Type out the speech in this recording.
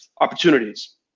opportunities